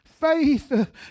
faith